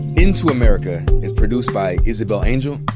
into america is produced by isabel angel,